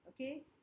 Okay